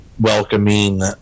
welcoming